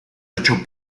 ocho